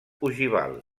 ogival